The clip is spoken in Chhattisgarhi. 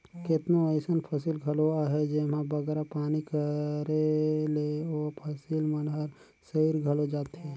केतनो अइसन फसिल घलो अहें जेम्हां बगरा पानी परे ले ओ फसिल मन हर सइर घलो जाथे